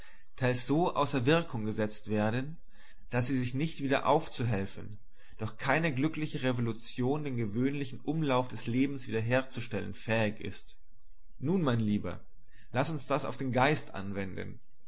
teils so außer wirkung gesetzt werden daß sie sich nicht wieder aufzuhelfen durch keine glückliche revolution den gewöhnlichen umlauf des lebens wieder herzustellen fähig ist nun mein lieber laß uns das auf den geist anwenden